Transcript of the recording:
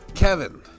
Kevin